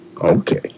okay